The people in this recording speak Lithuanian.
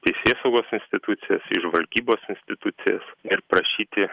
teisėsaugos institucijas į žvalgybos institucijas ir prašyti